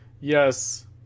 yes